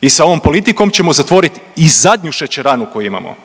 I sa ovom politikom ćemo zatvorit i zadnju šećeranu koju imamo